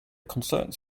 concerns